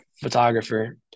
photographer